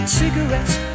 cigarettes